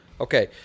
Okay